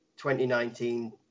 2019